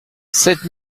sept